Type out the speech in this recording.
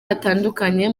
hatandukanye